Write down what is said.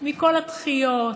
מכל הדחיות,